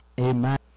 Amen